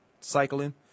cycling